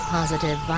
Positive